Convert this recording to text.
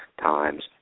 times